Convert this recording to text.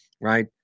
right